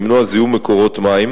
למנוע זיהום מקורות מים,